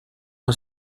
una